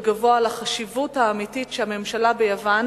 הגבוה על החשיבות האמיתית שהממשלה ביוון